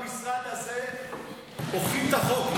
במשרד הזה אוכפים את החוק.